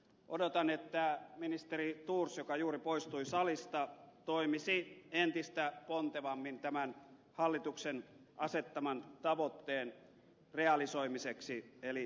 odotan että ministeri thors joka juuri poistui salista toimisi entistä pontevammin tämän hallituksen asettaman tavoitteen realisoimiseksi eli toteuttamiseksi